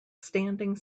standing